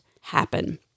happen